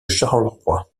charleroi